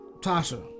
tasha